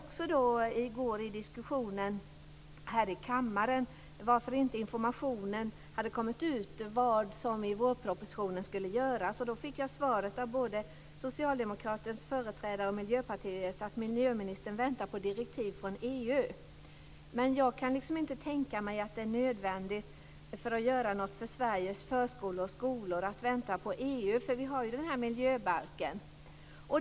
Jag frågade under diskussionen här i kammaren i går varför det inte har kommit ut någon information om vad man i vårpropositionen anger skall göras. Då fick jag av både Socialdemokraternas och Miljöpartiets företrädare svaret att miljöministern väntar på direktiv från EU. Jag kan inte tänka mig att det är nödvändigt att vänta på EU för att göra något åt Sveriges förskolor och skolor. Vi har ju miljöbalken.